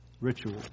ritual